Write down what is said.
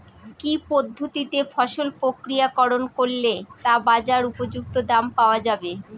কি পদ্ধতিতে ফসল প্রক্রিয়াকরণ করলে তা বাজার উপযুক্ত দাম পাওয়া যাবে?